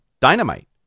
Dynamite